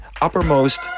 uppermost